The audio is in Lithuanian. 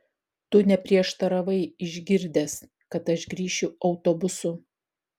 tu neprieštaravai išgirdęs kad aš grįšiu autobusu